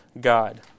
God